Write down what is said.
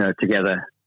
together